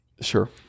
Sure